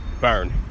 burn